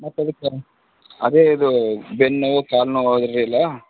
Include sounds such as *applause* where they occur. ಮತ್ತೆ ಅದಕ್ಕೆ ಅದೇ ಇದು ಬೆನ್ನು ನೋವು ಕಾಲು ನೋವು *unintelligible* ಎಲ್ಲ